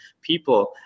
people